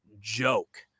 joke